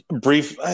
Brief –